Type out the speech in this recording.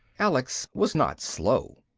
alex was not slow.